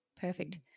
perfect